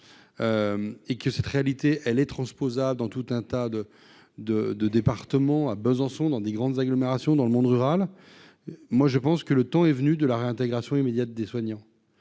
et que cette réalité, elle est transposable dans tout un tas de de de département à Besançon dans 10 grandes agglomérations dans le monde rural, moi je pense que le temps est venu de la réintégration immédiate des soignants,